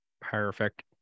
Perfect